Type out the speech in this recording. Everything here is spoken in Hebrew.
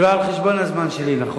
חבר הכנסת שנאן, זה לא חד-פעמי.